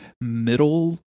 middle